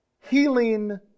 healing